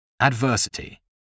Adversity